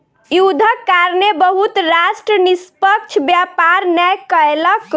युद्धक कारणेँ बहुत राष्ट्र निष्पक्ष व्यापार नै कयलक